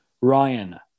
Ryan